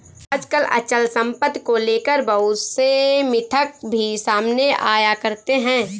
आजकल अचल सम्पत्ति को लेकर बहुत से मिथक भी सामने आया करते हैं